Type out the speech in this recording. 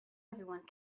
everyone